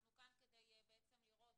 אנחנו כאן כדי לראות